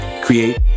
Create